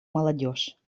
молодежь